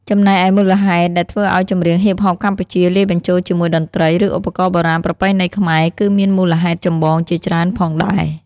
ចំំណែកឯមូលហេតុដែលធ្វើឲ្យចម្រៀងហ៊ីបហបកម្ពុជា លាយបញ្ចូលជាមួយតន្ត្រី ឬឧបករណ៍បុរាណប្រពៃណីខ្មែរ គឺមានមូលហេតុចម្បងជាច្រើនផងដែរ។